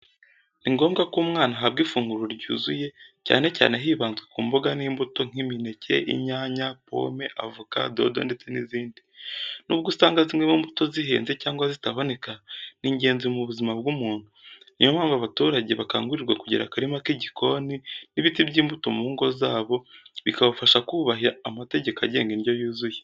Ni ngombwa ko umwana ahabwa ifunguro ryuzuye, cyane cyane hibanzwe ku mboga n’imbuto nk’imineke, inyanya, pome, avoka, dodo ndetse n’izindi. Nubwo usanga zimwe mu mbuto zihenze cyangwa zitaboneka, ni ingenzi mu buzima bw’umuntu. Niyo mpamvu abaturage bakangurirwa kugira akarima k’igikoni n’ibiti by’imbuto mu ngo zabo, bikabafasha kubaha amategeko agenga indyo yuzuye.